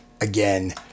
again